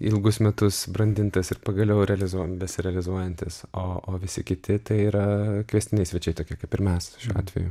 ilgus metus brandintas ir pagaliau realizuojam besirealizuojantis o o visi kiti tai yra kviestiniai svečiai tokie kaip ir mes šiuo atveju